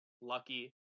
lucky